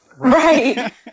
Right